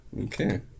Okay